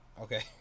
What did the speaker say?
Okay